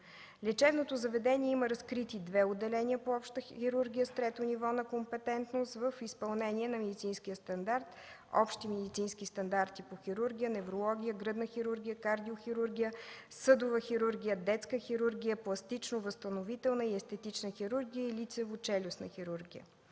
лечебното заведение има разкрити две отделения по обща хирургия с трето ниво на компетентност в изпълнение на медицинския стандарт „Общи медицински стандарти по хирургия, неврология, гръдна хирургия, кардиохирургия, съдова хирургия, детска хирургия, пластично-възстановителна и естетична хирургия, лицево-челюстна хирургия”.